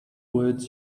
words